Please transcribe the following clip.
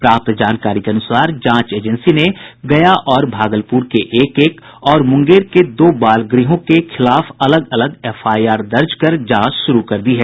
प्राप्त जानकारी के अनुसार जांच एजेंसी ने गया और भागलपुर के एक एक और मुंगेर के दो बाल गृहों के खिलाफ अलग अलग एफआईआर दर्ज कर जांच शुरू कर दी है